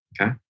Okay